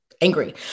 angry